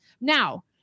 Now